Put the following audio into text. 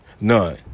None